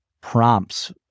prompts